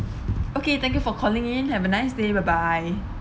okay thank you for calling in have a nice day bye bye